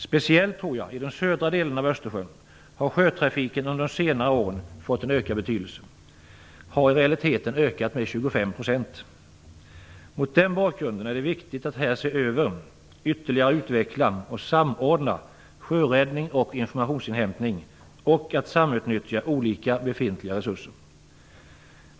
Speciellt tror jag att sjötrafiken i de södra delarna av Östersjön under senare år har fått en ökad betydelse. Den har i realiteten ökat med 25 %. Mot den bakgrunden är det viktigt att se över, ytterligare utveckla och samordna sjöräddning och informationsinhämtning och att samutnyttja olika befintliga resurser.